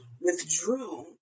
withdrew